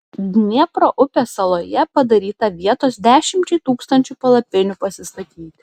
dniepro upės saloje padaryta vietos dešimčiai tūkstančių palapinių pasistatyti